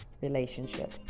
relationship